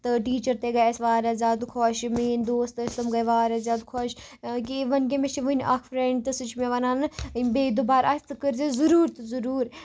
تہٕ ٹیچَر تہِ گٔے اَسہِ واریاہ زیادٕ خۄش مینۍ دوست تہِ ٲسۍ تِم تہِ گٔے واریاہ زیادٕ خۄس ییکیاہ یہِ ووںۍ کیاہ مےٚ چھِ وٕنہٕ اَکھ فرٮ۪نڑ تہٕ سُہ چھِ مےٚ وَنان ییٚلہِ بیٚیہِ دوبار آسہِ ژٕ کٔرۍ زِ ضرور تہٕ ضرور